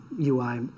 UI